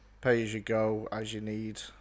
pay-as-you-go-as-you-need